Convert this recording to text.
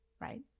right